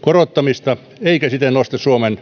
korottamista eikä siten nosta suomelle